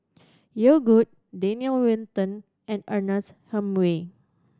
Yogood Daniel Wellington and Ernest Hemingway